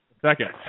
Second